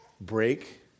break